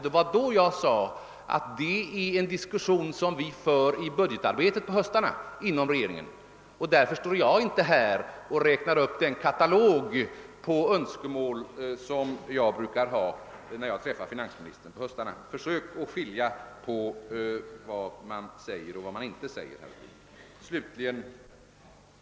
Det var då jag sade att det är en diskussion som vi inom regeringen för i budgetarbetet på höstarna. Därför står jag inte här och räknar upp den katalog av önskemål som jag brukar ha när jag träffar finansministern på höstarna. Försök att hålla isär vad som sägs och vad som inte sägs!